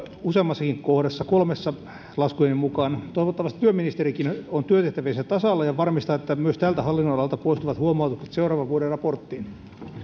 useammassakin kohdassa kolmessa laskujeni mukaan toivottavasti työministerikin on työtehtäviensä tasalla ja varmistaa että myös tältä hallinnonalalta poistuvat huomautukset seuraavan vuoden raporttiin